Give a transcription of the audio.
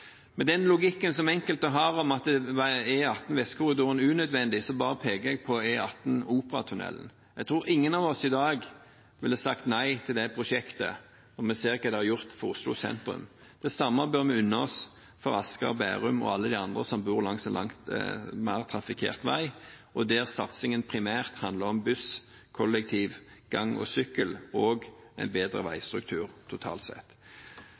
langsmed den. Til logikken enkelte uttrykker om at E18 Vestkorridoren er unødvendig, peker jeg på E18 Operatunellen. Jeg tror ingen av oss i dag ville sagt nei til det prosjektet når vi ser hva det har gjort for Oslo sentrum. Det samme bør vi unne oss for Asker og Bærum og alle de andre som bor langs en langt mer trafikkert vei, og der satsingen primært handler om buss, kollektivtrafikk, gange og sykkel – en bedre veistruktur totalt sett.